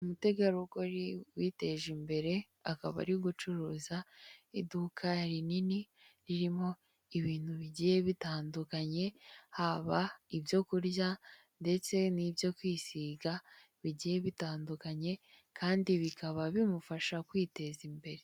Umutegarugori witeje imbere akaba ari gucuruza iduka rinini ririmo ibintu bigiye bitandukanye haba ibyo kurya ndetse n'ibyo kwisiga bigiye bitandukanye kandi bikaba bimufasha kwiteza imbere.